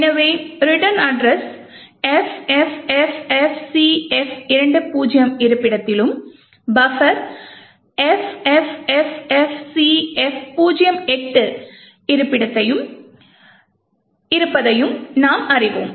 எனவே return address FFFFCF20 இருப்பிடத்திலும் buffer இந்த இடத்தில் FFFFCF08 இருப்பதையும் நாம் அறிவோம்